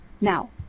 now